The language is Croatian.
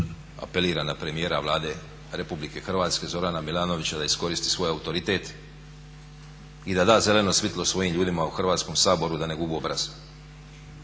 apeliram na premijera Vlade Republike Hrvatske Zorana Milanovića da iskoristi svoj autoritet i da da zeleno svjetlo svojim ljudima u Hrvatskom saboru da ne gube obraz